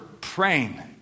praying